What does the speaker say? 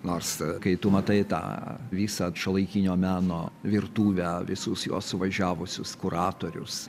nors kai tu matai tą visą šiuolaikinio meno virtuvę visus jos suvažiavusius kuratorius